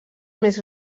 més